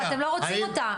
אבל אתם לא רוצים אותה,